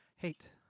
Hate